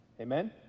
amen